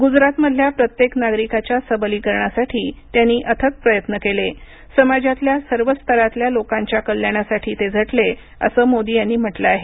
गुजरातमधल्या प्रत्येक नागरिकांच्या सबलीकरणासाठी त्यांनी अथक प्रयत्न केले समाजातल्या सर्व स्तरातल्या लोकांच्या कल्याणासाठी ते झटले असं मोदी यांनी म्हटलं आहे